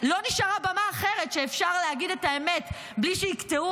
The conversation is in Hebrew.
לא נשארה במה אחרת שאפשר להגיד את האמת בלי שיקטעו